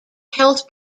health